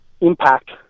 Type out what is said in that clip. impact